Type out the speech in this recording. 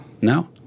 No